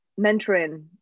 mentoring